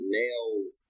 nails